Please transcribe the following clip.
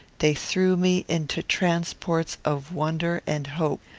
they threw me into transports of wonder and hope.